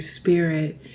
spirit